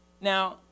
Now